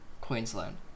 Queensland